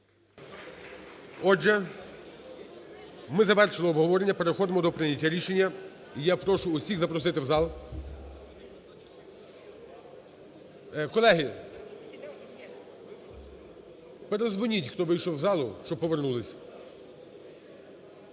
Отже, ми завершили обговорення. Переходимо до прийняття рішення. І я прошу всіх запросити в зал. Колеги, передзвоніть, хто вийшов з залу, щоб повернулись.